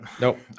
Nope